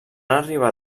arribar